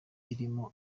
irimo